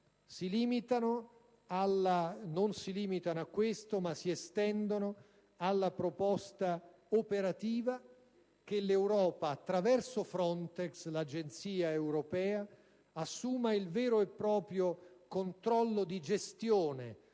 non si limitano a questo, ma si estendono alla proposta operativa che l'Europa, attraverso Frontex, l'agenzia europea, assuma il vero e proprio controllo di gestione